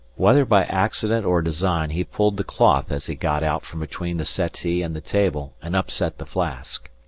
whether by accident or design he pulled the cloth as he got out from between the settee and the table and upset the flask.